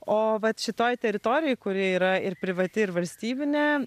o vat šitoj teritorijoj kuri yra ir privati ir valstybinė